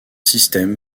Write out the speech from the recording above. systèmes